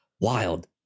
Wild